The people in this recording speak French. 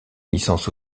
licences